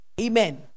Amen